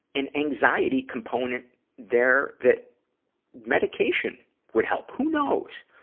an anxiety component there that medication would help. who knows?